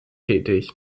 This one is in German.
tätig